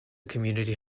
community